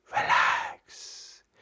relax